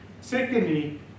Secondly